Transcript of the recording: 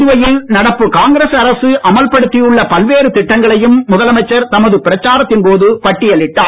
புதுவையில் நடப்பு காங்கிரஸ் குற்றம் அரசு அமல்படுத்தியுள்ள பல்வேறு திட்டங்களையும் முதலமைச்சர் தமது பிரச்சாரத்தின் போது பட்டியலிட்டார்